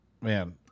Man